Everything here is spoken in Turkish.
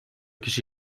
kişi